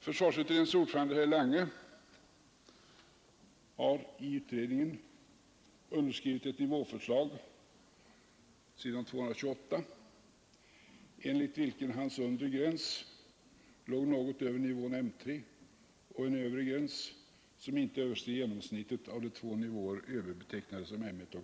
Försvarsutredningens ordförande, herr Lange, har på s. 228 i utredningens betänkande framlagt ett nivåförslag, enligt vilket undre gränsen ligger något över nivån M 3 och övre gränsen inte överstiger genomsnittet av de två nivåer överbefälhavaren betecknat som M 1 och M2.